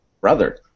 brother